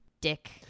dick